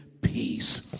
peace